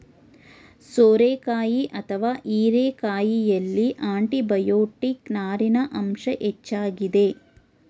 ಸೋರೆಕಾಯಿ ಅಥವಾ ಹೀರೆಕಾಯಿಯಲ್ಲಿ ಆಂಟಿಬಯೋಟಿಕ್, ನಾರಿನ ಅಂಶ ಹೆಚ್ಚಾಗಿದೆ